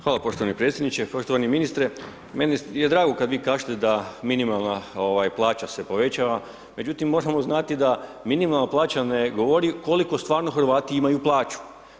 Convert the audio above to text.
Hvala poštovani predsjedniče, poštovani ministre, meni je drago kad vi kažete da minimalna ovaj plaća se povećava, međutim možemo znati da minimalna plaća ne govori koliko stvarno Hrvati imaju plaću.